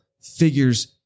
figures